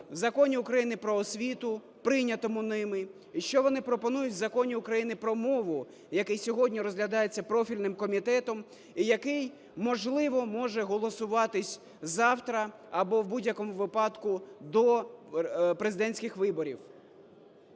Законі України "Про освіту", прийнятому ними, і що вони пропонують в Законі України про мову, який сьогодні розглядається профільним комітетом і який, можливо, може голосуватись завтра або в будь-якому випадку до президентських виборів?